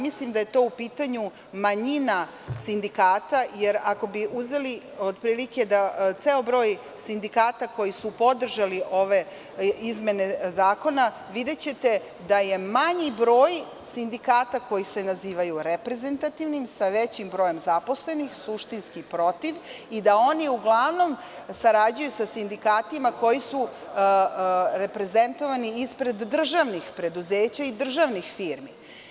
Mislim da je tu u pitanju manjina sindikata, jer ako bi uzeli ceo broj sindikata koji su podržali ove izmene zakona, videćete da je manji broj sindikata koji se nazivaju reprezentativnim, sa većim brojem zaposlenih suštinski protiv i da oni uglavnom sarađuju sa sindikatima koji su reprezentovani ispred državnih preduzeća i državnih firmi.